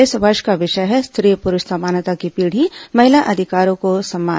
इस वर्ष का विषय है स्त्री प्ररुष समानता की पीढ़ी महिला अधिकारों का सम्मान